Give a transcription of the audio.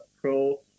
pro